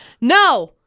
No